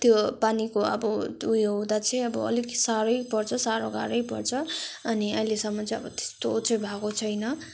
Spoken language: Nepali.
त्यो पानीको अब त्यो उयो हुँदा चाहिँ अब अलिकति साह्रै पर्छ साह्रो गाह्रै पर्छ अनि अहिलेसम्म चाहिँ त्यस्तो चाहिँ भएको छैन